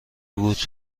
بود